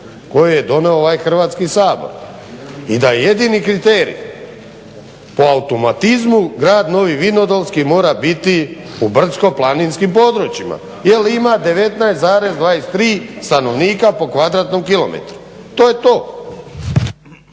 koje je donio ovaj Hrvatski sabor i da je jedini kriterij po automatizmu grad Novi Vinodolski mora biti u brdsko-planinskim područjima jer ima 19,23 stanovnika po kvadratnom kilometru. To je to.